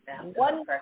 one